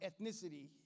ethnicity